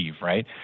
right